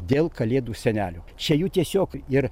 dėl kalėdų senelio čia jų tiesiog ir